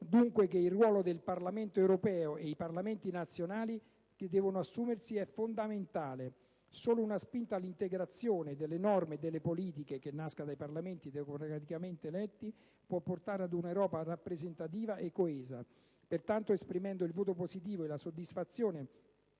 dunque che il ruolo che il Parlamento europeo e i Parlamenti nazionali devono assumersi è fondamentale: solo una spinta all'integrazione, delle norme e delle politiche, che nasca dai Parlamenti democraticamente eletti può portare ad un'Europa rappresentativa e coesa. Pertanto, esprimendo il voto positivo e la soddisfazione